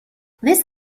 this